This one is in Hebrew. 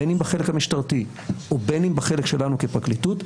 בין אם בחלק המשטרתי או בין אם בחלק שלנו כפרקליטות,